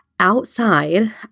outside